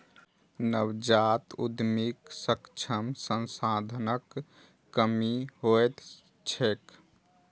नवजात उद्यमीक समक्ष संसाधनक कमी होइत छैक